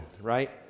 right